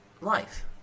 life